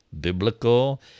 biblical